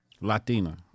Latina